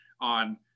on